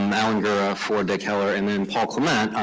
um alan gura for dick heller, and then paul clement,